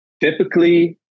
Typically